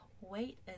wait